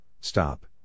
stop